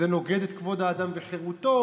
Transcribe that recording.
זה נוגד את כבוד האדם וחירותו,